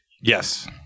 Yes